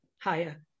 higher